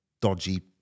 dodgy